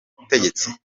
butegetsi